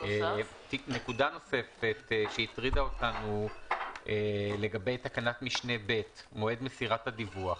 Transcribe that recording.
נקודה נוספת שהטרידה אותנו לגבי תקנת משנה (ב) היא מועד מסירת הדיווח.